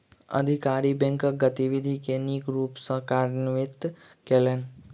अधिकारी बैंकक गतिविधि के नीक रूप सॅ कार्यान्वित कयलैन